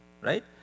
right